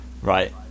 right